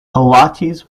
pilates